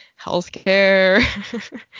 healthcare